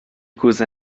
grüße